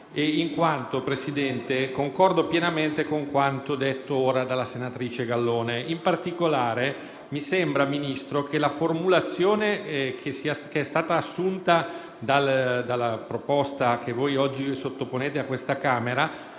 Signor Presidente, concordo pienamente con quanto detto ora dalla senatrice Gallone. In particolare, signor Ministro, mi sembra che la formulazione assunta dalla proposta che voi oggi sottoponete a questo ramo